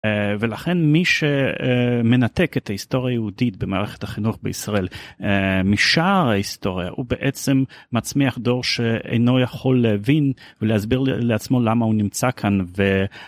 ולכן מי שמנתק את ההיסטוריה היהודית במערכת החינוך בישראל משאר ההיסטוריה הוא בעצם מצמיח דור שאינו יכול להבין ולהסביר לעצמו למה הוא נמצא כאן.